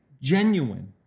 genuine